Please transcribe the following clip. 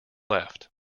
left